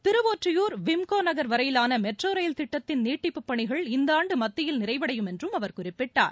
Thiruvottiyur Wimco Nagar வரையிலான metro rail திட்டத்தின் நீட்டிப்பு பணிகள் இந்த ஆண்டு மத்தியில் நிறைவடையும் என்றும் அவர் குறிப்பிட்டார்